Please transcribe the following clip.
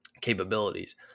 capabilities